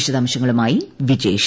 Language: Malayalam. വിശദാംശങ്ങളുമായി വിജേഷ്